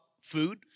food